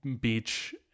beach